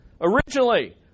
originally